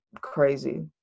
crazy